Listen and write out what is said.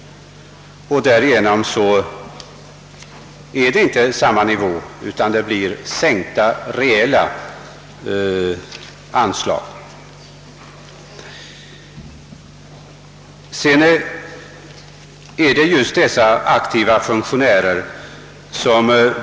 Därigenom blir reellt sett anslagen sänkta, och verksamheten kan inte hållas på samma nivå som tidigare.